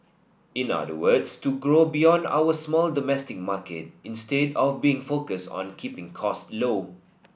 in other words to grow beyond our small domestic market instead of being focused on keeping cost low